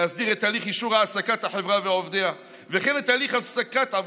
להסדיר את תהליך אישור העסקת החברה ועובדיה וכן את תהליך הפסקת עבודתם,